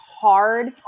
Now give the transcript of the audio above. hard